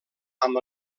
amb